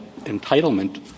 entitlement